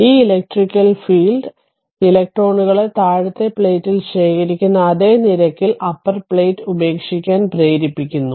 ഈ electric field ഇലക്ട്രോണുകളെ താഴത്തെ പ്ലേറ്റിൽ ശേഖരിക്കുന്ന അതേ നിരക്കിൽ അപ്പർ പ്ലേറ്റ് ഉപേക്ഷിക്കാൻ പ്രേരിപ്പിക്കുന്നു